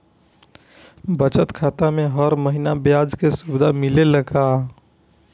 बचत खाता में हर महिना ब्याज के सुविधा मिलेला का?